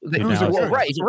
Right